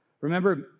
Remember